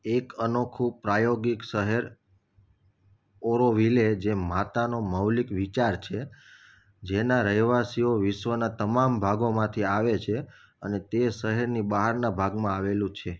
એક અનોખું પ્રાયોગિક શહેર ઓરોવિલે જે માતાનો મૌલિક વિચાર છે જેના રહેવાસીઓ વિશ્વના તમામ ભાગોમાંથી આવે છે અને તે શહેરની બહારના ભાગમાં આવેલું છે